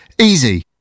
Easy